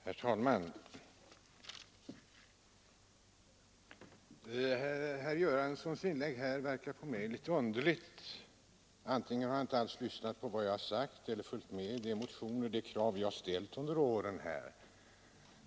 Herr talman! Herr Göranssons inlägg förefaller mig litet underligt. Han har tydligen inte alls lyssnat på vad jag har sagt eller följt med de krav som vi har ställt under årens lopp.